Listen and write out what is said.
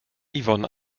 yvonne